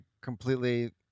completely